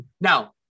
Now